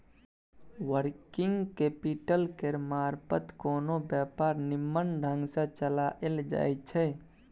working capital केर मारफत कोनो व्यापार निम्मन ढंग सँ चलाएल जाइ छै